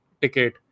ticket